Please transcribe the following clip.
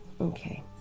Okay